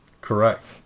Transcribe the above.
correct